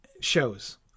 shows